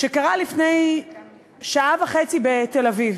שקרה לפני שעה וחצי בתל-אביב.